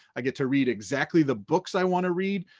i get to read exactly the books i wanna read.